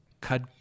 cut